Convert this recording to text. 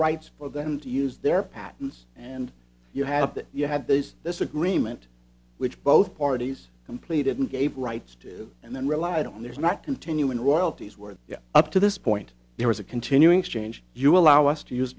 rights for them to use their patents and you have that you had these this agreement which both parties completed and gave rights to and then relied on there's not continuing royalties were up to this point there was a continuing change you allow us to use